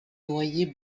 noyers